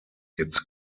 its